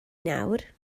nawr